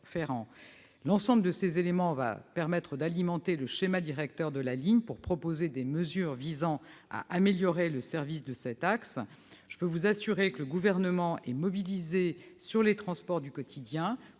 L'ensemble de ces éléments va permettre d'alimenter le schéma directeur de la ligne pour proposer des mesures visant à améliorer le service de cet axe. Je peux vous assurer que le Gouvernement est mobilisé sur les transports du quotidien,